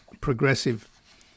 progressive